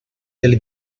del